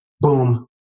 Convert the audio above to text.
Boom